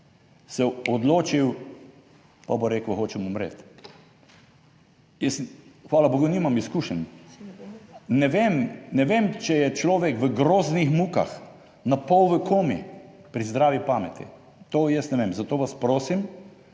se odločil, pa bo rekel, hočem umreti. Jaz hvala bogu nimam izkušenj, ne vem, ne vem, če je človek v groznih mukah na pol v komi pri zdravi pameti, to jaz ne vem, zato vas prosim,